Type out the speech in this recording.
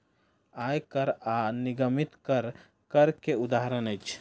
आय कर आ निगमित कर, कर के उदाहरण अछि